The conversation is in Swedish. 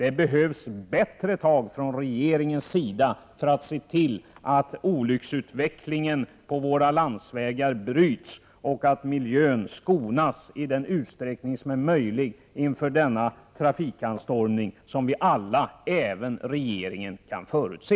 Det behövs bättre tag från regeringens sida för att se till att utvecklingen när det gäller landsvägsolyckor bryts och att miljön skonas inför den trafikanstormning som vi alla, även regeringen, kan förutse.